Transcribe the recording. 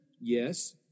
Yes